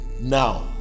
Now